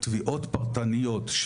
תביעות פרטניות,